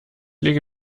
lege